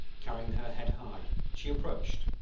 carrying her head high, she approached,